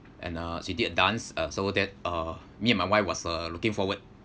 and uh she did a dance uh so that uh me and my wife was uh looking forward